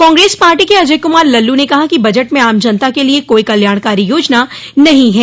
Congress party के अजय कुमार लल्लू ने कहा कि बजट में आम जनता के लिए कोई कल्याणकारी योजना नहीं है